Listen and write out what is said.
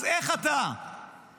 אז איך אתה מאפשר